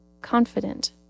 confident